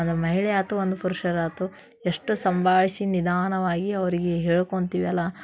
ಒಂದು ಮಹಿಳೆಯಾಯ್ತು ಒಂದು ಪುರುಷರಾಯ್ತು ಎಷ್ಟು ಸಂಭಾಳಿಸಿ ನಿಧಾನವಾಗಿ ಅವ್ರಿಗೆ ಹೇಳ್ಕೊಳ್ತೀವಲ್ಲ